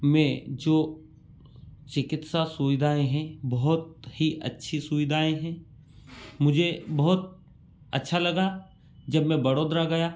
में जो चिकित्सा सुविधाएँ हैं बहुत ही अच्छी सुविधाएँ हैं मुझे बहुत अच्छा लगा जब मैं बड़ोदरा गया